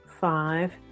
five